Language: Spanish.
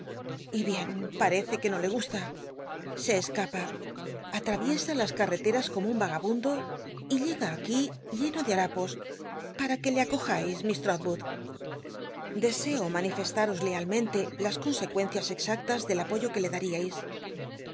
y bien parece que no le gusta se escapa atraviesa las careteas como un yagabundo y liega aquí lleno de l arnpos para que le acojais miss trotwood deseo manifestaros lealmente la consecuencias exactas del apoyo que le daríais